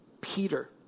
Peter